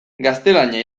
gaztelania